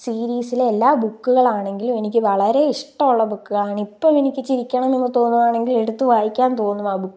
സീരീസിലെ എല്ലാ ബുക്കുകളാണെങ്കിലും എനിക്ക് വളരെ ഇഷ്ടം ഉള്ള ബുക്കുകളാണ് ഇപ്പം എനിക്ക് ചിരിക്കണമെന്ന് തോന്നുകയാണെങ്കിൽ എടുത്ത് വായിക്കാൻ തോന്നും ആ ബുക്ക്